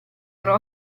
loro